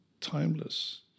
timeless